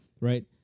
Right